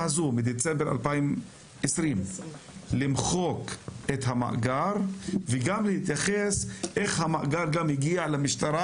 הזו מדצמבר 2020 למחוק את המאגר וגם להתייחס איך המאגר הגיע למשטרה.